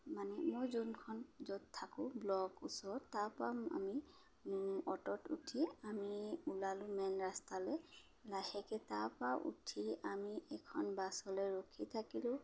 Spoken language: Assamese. মানে মই যোনখন য'ত থাকোঁ ব্লক ওচৰত তাৰপৰা আমি অ'টোত উঠি আমি ওলালোঁ মেইন ৰাস্তালৈ লাহেকৈ তাৰাপৰা উঠি আমি এখন বাছলৈ ৰখি থাকিলোঁ